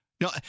No